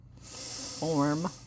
Form